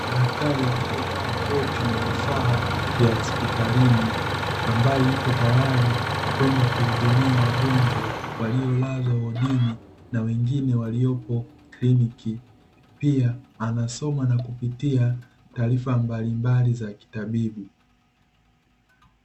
Daktari aliyevaa koti na vifaa vya hospitalini, ambaye yupo tayari kwenda kuhudumia wagonjwa waliolazwa wodini na wengine waliopo kliniki, pia anasoma na kupitia taarifa mbalimbali za kitabibu.